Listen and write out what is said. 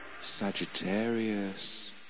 Sagittarius